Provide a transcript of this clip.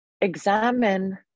examine